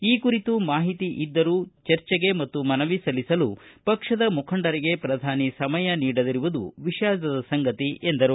ಈ ಕುರಿತು ಮಾಹಿತಿ ಇದ್ದರೂ ಚರ್ಚೆಗೆ ಮತ್ತು ಮನವಿ ಸಲ್ಲಿಸಲು ಪಕ್ಷದ ಮುಖಂಡರಿಗೆ ಪ್ರಧಾನಿ ಸಮಯ ನೀಡಿದಿರುವುದು ವಿಷಾದದ ಸಂಗತಿ ಎಂದರು